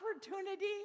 opportunity